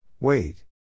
Wait